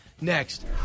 Next